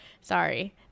sorry